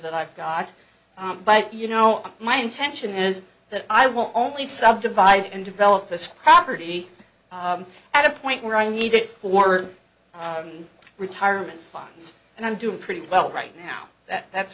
that i've got but you know my intention is that i will only subdividing and develop this property at a point where i need it for retirement funds and i'm doing pretty well right now that that's